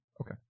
Okay